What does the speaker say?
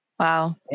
Wow